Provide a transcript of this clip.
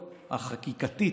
התחיקתית,